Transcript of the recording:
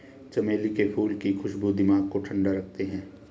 चमेली के फूल की खुशबू दिमाग को ठंडा रखते हैं